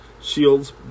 shields